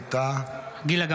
ווליד טאהא?